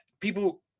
people –